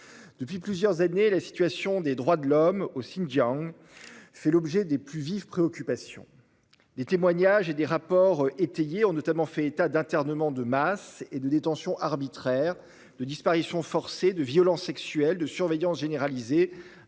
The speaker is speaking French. Depuis plusieurs années, la situation des droits de l'homme au Xinjiang fait l'objet des plus vives préoccupations. Des témoignages et des rapports étayés ont notamment fait état d'internements de masse et de détentions arbitraires, de disparitions forcées, de violences sexuelles, de surveillance généralisée